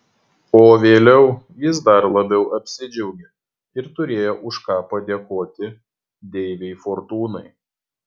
o vėliau jis dar labiau apsidžiaugė ir turėjo už ką padėkoti deivei fortūnai